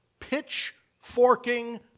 pitchforking